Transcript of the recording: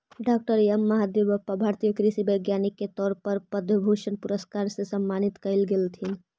डॉ M Mahadevappa भारतीय कृषि वैज्ञानिक के तौर पर पद्म भूषण पुरस्कार से सम्मानित कएल गेलथीन